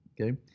Okay